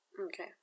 Okay